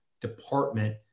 department